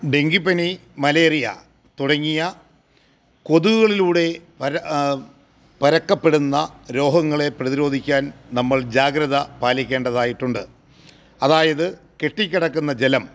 ഡെങ്കിപ്പനി മലേറിയ തുടങ്ങിയ കൊതുകുകളിലൂടെ പരക്കപ്പെടുന്ന രോഗങ്ങളെ പ്രതിരോധിക്കാൻ നമ്മൾ ജാഗ്രത പാലിക്കേണ്ടതായിട്ടുണ്ട് അതായത് കെട്ടിക്കിടക്കുന്ന ജലം